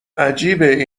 عجیبه